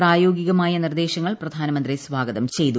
പ്രായോഗികമായ നിർദ്ദേശങ്ങൾ പ്രധാനമന്ത്രി സ്വാഗതം ചെയ്തു